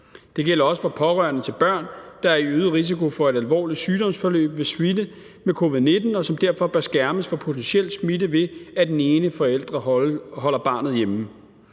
Det gælder også for pårørende til børn, der er i øget risiko for et alvorligt sygdomsforløb ved smitte med covid-19, og som derfor bør skærmes for potentiel smitte, ved at den ene forælder holder barnet hjemme.